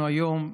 מכובדיי,